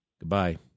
Goodbye